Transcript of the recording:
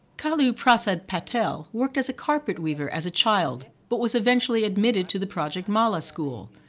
kallu prasad patel worked as a carpet weaver as a child, but was eventually admitted to the project mala school.